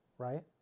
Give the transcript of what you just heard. right